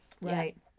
Right